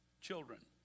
children